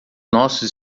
nossos